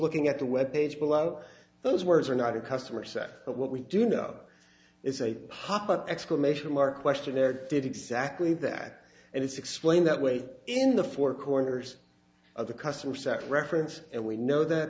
looking at the web page below those words are not a customer set but what we do know is a pop up exclamation mark questionnaire did exactly that and it's explained that way in the four corners of the customer sachs reference and we know that